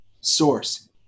source